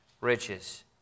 riches